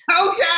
Okay